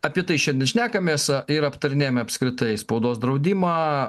apie tai šiandien šnekamės ir aptarinėjame apskritai spaudos draudimą